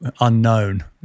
unknown